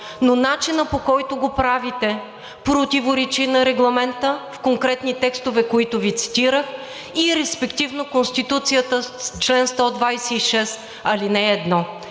но начинът, по който го правите, противоречи на Регламента в конкретни текстове, които Ви цитирах, и респективно Конституцията – чл. 126, ал. 1.